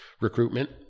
recruitment